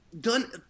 done